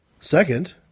Second